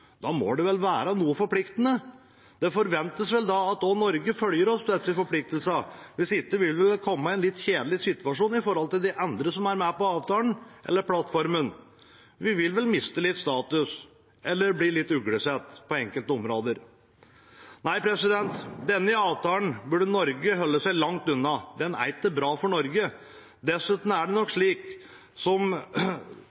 Da må det være noe forpliktende. Det forventes vel at også Norge følger opp disse forpliktelsene. Hvis ikke vil vi komme i en litt kjedelig situasjon i forhold til de andre som er med på avtalen, eller plattformen. Vi vil vel miste litt status eller bli litt uglesett på enkelte områder. Nei, denne avtalen burde Norge holde seg langt unna. Den er ikke bra for Norge. Dessuten er det